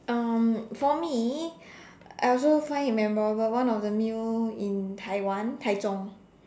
um for me I also find it memorable one of the meal in Taiwan Taichung